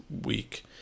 week